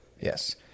yes